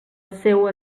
seua